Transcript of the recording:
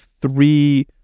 three